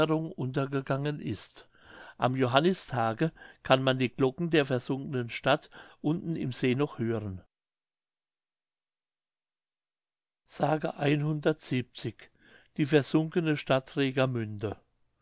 untergegangen ist am johannistage kann man die glocken der versunkenen stadt unten im see noch hören die versunkene stadt